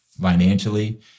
financially